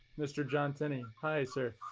mr. john tenney. hi, sir.